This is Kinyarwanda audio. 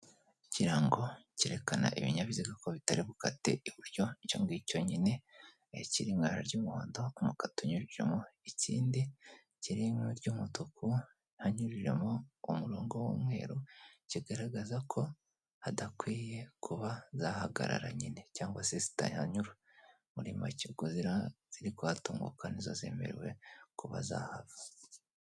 Ikirango cyerekana ibinyabiziga ko bitari bukate iburyo, icyo ngicyo nyine, kiri mu ibara ry'umuhondo, umukato unyuzemo, ikindi kiri mu ibara ry'umutuku hanyujijemo umurongo w'umweru, kigaragaza ko hadakwiye kuba zahagarara nyine, cyangwa se zitahanyura, muri make ubwo iziri kuhatunguka nizo zemerewe kuba zahava.